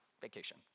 vacation